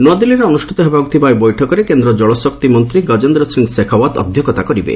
ନୂଆଦିଲ୍ଲୀରେ ଅନୁଷ୍ଠିତ ହେବାକୁ ଥିବା ଏହି ବୈଠକରେ କେନ୍ଦ୍ର ଜଳଶକ୍ତି ମନ୍ତ୍ରୀ ଗଜେନ୍ଦ୍ର ସିଂ ଶେଖାଓ୍ୱତ୍ ଅଧ୍ୟକ୍ଷତା କରିବେ